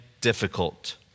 difficult